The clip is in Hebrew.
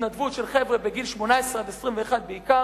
התנדבות של חבר'ה בגיל 18 עד 21 בעיקר,